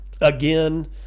again